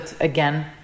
again